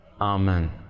Amen